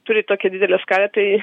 turi tokią didelę skalę tai